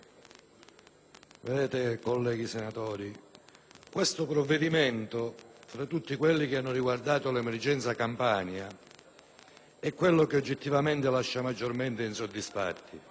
Presidente, onorevoli senatori, questo provvedimento, tra tutti quelli che hanno riguardato l'emergenza rifiuti in Campania, è quello che oggettivamente lascia maggiormente insoddisfatti.